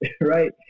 right